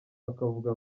bakavuga